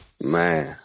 man